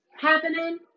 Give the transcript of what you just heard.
happening